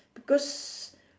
because